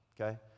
okay